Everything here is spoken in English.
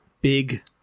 big